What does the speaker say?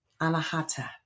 anahata